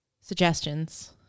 suggestions